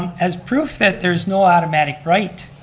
um as proof that there's no automatic right,